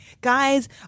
guys